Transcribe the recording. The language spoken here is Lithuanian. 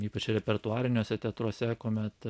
ypač repertuariniuose teatruose kuomet